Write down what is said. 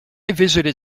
visited